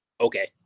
Okay